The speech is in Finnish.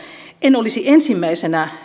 en olisi ensimmäisenä